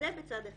מצד אחד.